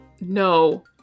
No